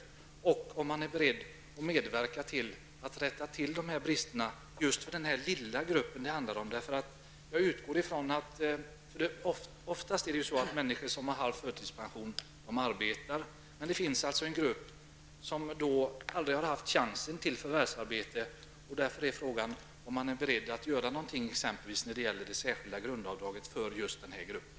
Vidare vill jag upprepa min fråga om statsrådet är beredd att medverka till att rätta till bristerna för den lilla grupp det handlar om. De flesta människor som har halv förtidspension arbetar, men det finns en grupp som aldrig har haft chans att förvärvsarbeta. Frågan gäller därför om statsrådet är beredd att göra något, exempelvis beträffande det särskilda grundavdraget, för just den här gruppen.